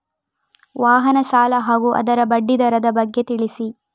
ವಾಹನ ಸಾಲ ಹಾಗೂ ಅದರ ಬಡ್ಡಿ ದರದ ಬಗ್ಗೆ ತಿಳಿಸಿ?